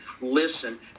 listen